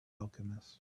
alchemist